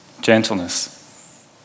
gentleness